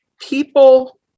people